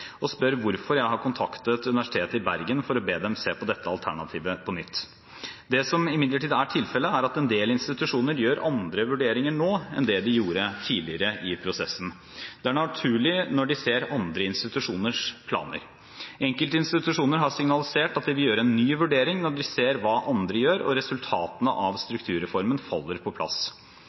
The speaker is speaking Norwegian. og spør hvorfor jeg har kontaktet Universitetet i Bergen for å be dem se på dette alternativet på nytt. Det som imidlertid er tilfellet, er at en del institusjoner gjør andre vurderinger nå enn det de gjorde tidligere i prosessen. Det er naturlig når de ser andre institusjoners planer. Enkelte institusjoner har signalisert at de vil gjøre en ny vurdering når de ser hva andre gjør, og resultatene av strukturreformen faller på plass.